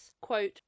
quote